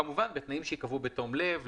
כמובן בתנאים שייקבעו בתום לב,